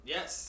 Yes